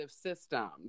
systems